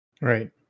Right